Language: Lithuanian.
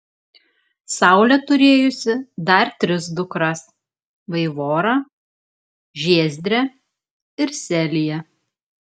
saulė turėjusi dar tris dukras vaivorą žiezdrę ir seliją